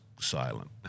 silent